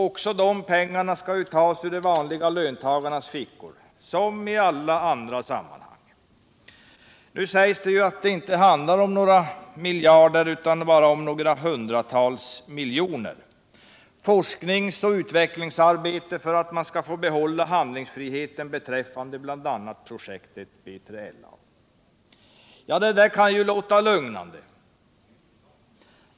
Också de pengarna skall ju tas ur de vanliga löntagarnas fickor — som i alla andra sammanhang. Men nu sägs det att det inte handlar om några miljarder utan om bara några hundratals miljoner och att det gäller forsknings och utvecklingsarbete för att man skall få behålla handlingsfriheten beträffande bl.a. projektet B3LA. Det där kan ju låta lugnande.